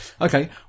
Okay